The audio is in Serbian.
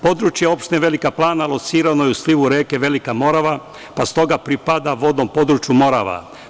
Područje opštine Velika Plana locirano je u slivu reke Velika Morava, pa stoga pripada vodnom području Morava.